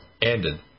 Ended